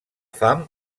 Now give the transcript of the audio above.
fam